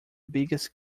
biggest